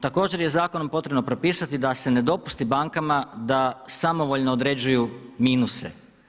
Također, je zakonom potrebno propisati da se ne dopusti bankama da samovoljno određuju minuse.